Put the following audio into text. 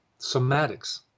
somatics